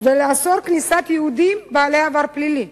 ולאסור כניסת יהודים בעלי עבר פלילי.